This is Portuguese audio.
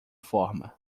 forma